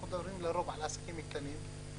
אנחנו מדברים לרוב על עסקים קטנים,